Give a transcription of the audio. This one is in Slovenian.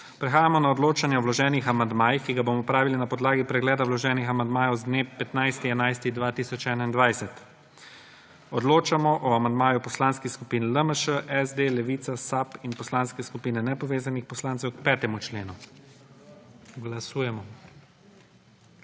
Prehajamo na odločanje o vloženih amandmajih, ki ga bomo opravili na podlagi pregleda vloženih amandmajev z dne 15. 11. 2021. Odločamo o amandmaju poslanskih skupin LMŠ, SD, Levica, SAB in Poslanske skupine nepovezanih poslancev k 5. členu. Glasujemo.